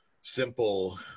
simple